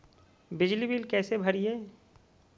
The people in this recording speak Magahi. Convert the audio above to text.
बिजली बिल कैसे भरिए?